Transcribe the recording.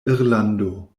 irlando